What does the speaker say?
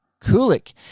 Kulik